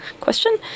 question